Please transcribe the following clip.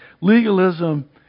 Legalism